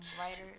Writer